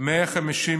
איזה סכום?